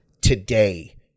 today